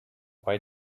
why